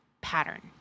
pattern